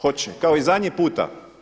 Hoće, kao i zadnji puta.